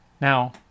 Now